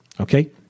Okay